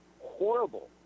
horrible